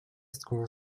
school